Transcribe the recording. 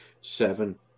seven